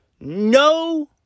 no